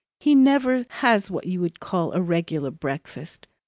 he never has what you would call a regular breakfast.